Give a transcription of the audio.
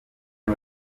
twe